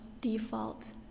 default